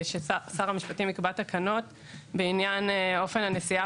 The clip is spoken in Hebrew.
ששר המשפטים יקבע תקנות בעניין אופן הנשיאה